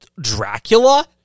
Dracula